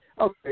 Okay